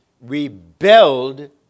rebelled